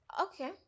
Okay